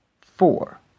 four